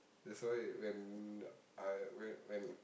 that's why when I when when